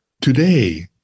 Today